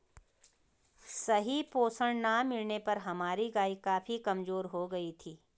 सही पोषण ना मिलने पर हमारी गाय काफी कमजोर हो गयी थी